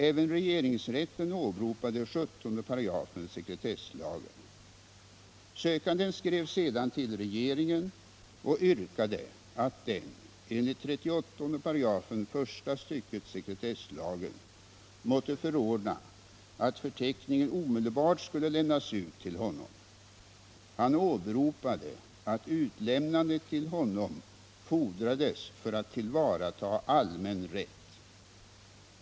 Även regeringsrätten åberopade 17 § sekretesslagen. Sökanden skrev sedan till regeringen och yrkade att den enligt 38 § första stycket sekretesslagen måtte förordna att förteckningen omedelbart skulle lämnas ut till honom. Han åberopade att utlämnandet till honom fordrades för att tillvarata allmän rätt.